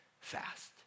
fast